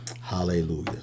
Hallelujah